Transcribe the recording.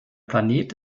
planet